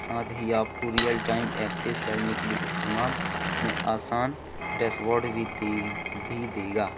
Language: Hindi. साथ ही आपको रियल टाइम एक्सेस करने के लिए इस्तेमाल में आसान डैस्बोर्ड विधि भी देगा